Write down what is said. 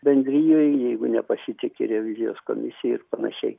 bendrijoje jeigu nepasitiki revizijos komisija ir panašiai